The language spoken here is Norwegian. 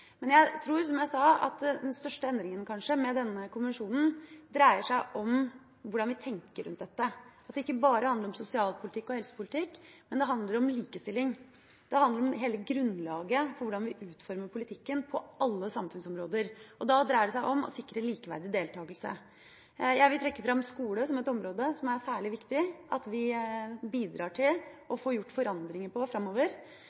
men vi vil måtte komme tilbake til svaret på en del av de enkeltpunktene som representanten tok opp. Jeg tror, som jeg sa, at kanskje den største endringa med denne konvensjonen dreier seg om hvordan vi tenker rundt dette, at det ikke bare handler om sosialpolitikk og helsepolitikk, men det handler om likestilling. Det handler om hele grunnlaget for hvordan vi utformer politikken på alle samfunnsområder, og da dreier det seg om å sikre likeverdig deltakelse. Jeg vil trekke fram skole som et område som det er